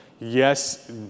yes